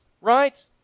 right